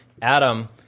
Adam